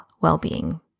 well-being